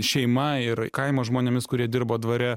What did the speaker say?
šeima ir kaimo žmonėmis kurie dirbo dvare